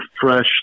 fresh